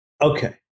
Okay